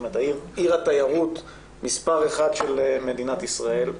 בעיר התיירות מספר אחת של מדינת ישראל.